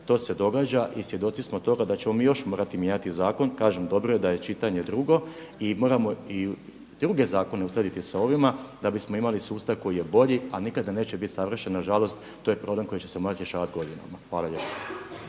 to se događa i svjedoci smo toga da ćemo mi još morati mijenjati zakon. Kažem, dobro je da je čitanje drugo i moramo i druge zakone uskladiti sa ovima da bismo imali sustav koji je bolji, a nikada neće biti savršen. Na žalost to je problem koji će se morati rješavati godinama. Hvala lijepa.